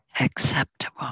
acceptable